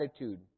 attitude